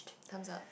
thumbs up